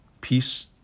peace